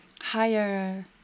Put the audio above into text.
higher